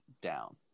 down